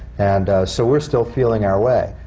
and so, we're still feeling our way.